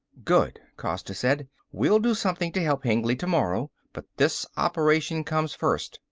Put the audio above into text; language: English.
good, costa said. we'll do something to help hengly tomorrow, but this operation comes first.